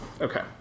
Okay